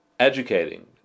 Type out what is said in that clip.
Educating